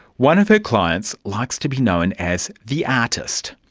one of her clients likes to be known as the artist.